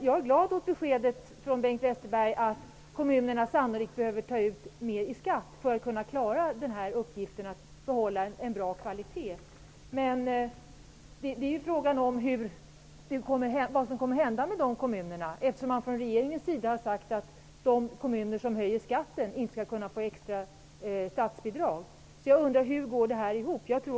Jag är glad över Bengt Westerbergs besked att kommunerna sannolikt behöver ta ut mer i skatt för att kunna klara uppgiften att behålla en bra kvalitet. Frågan är ju vad som kommer att hända med de kommunerna, eftersom man från regeringens sida har sagt att de kommuner som höjer skatten inte skall kunna få extra statsbidrag. Hur går det ihop?